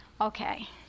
Okay